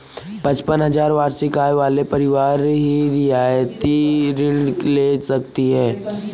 पचपन हजार वार्षिक आय वाले परिवार ही रियायती ऋण ले सकते हैं